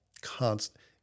constant